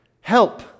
help